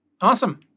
Awesome